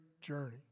journey